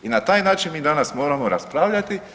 I na taj način mi danas moramo raspravljati.